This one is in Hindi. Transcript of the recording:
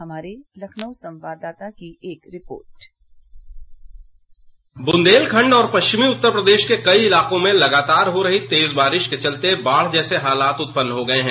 हमारे लखनऊ संवाददाता की एक रिपोर्ट बुन्देलखण्ड और परिवमी उत्तर प्रदेश के कई इलाकों में लगातार हो रही तेज बारिश के चलते बाढ़ जैसे हालात उत्पन्न हो गये है